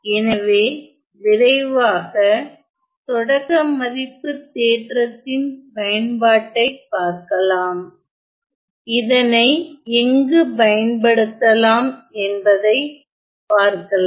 எனவே விரைவாக தொடக்க மதிப்புத் தேற்றதின் பயன்பாட்டை பார்க்கலாம் இதனை எங்கு பயன்படுத்தலாம் என்பதை பார்க்கலாம்